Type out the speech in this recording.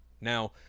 Now